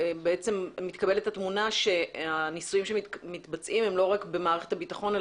מתקבלת התמונה שהניסויים שמתבצעים הם לא רק במערכת הביטחון,